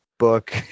book